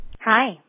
Hi